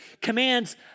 commands